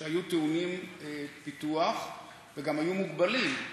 שהיו טעונים פיתוח וגם היו מוגבלים.